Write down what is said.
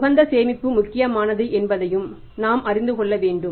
உகந்த சேமிப்பு முக்கியமானது என்பதை நாம் அறிந்து கொள்ள வேண்டும்